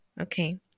Okay